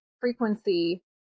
frequency